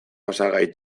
osagai